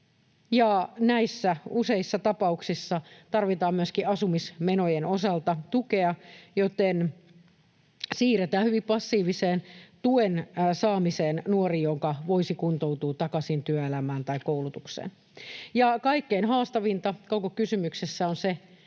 Useissa näissä tapauksissa tarvitaan myöskin asumismenojen osalta tukea, joten siirretään hyvin passiiviseen tuen saamiseen nuori, joka voisi kuntoutua takaisin työelämään tai koulutukseen. Kaikkein haastavinta koko kysymyksessä on se,